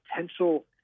potential –